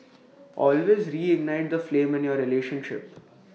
always reignite the flame in your relationship